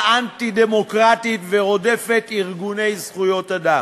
אנטי-דמוקרטית ורודפת ארגוני זכויות אדם.